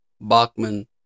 Bachman